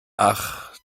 ach